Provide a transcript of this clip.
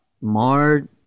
Mar